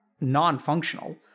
non-functional